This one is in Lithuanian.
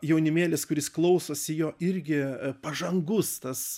jaunimėlis kuris klausosi jo irgi pažangus tas